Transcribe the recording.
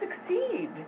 succeed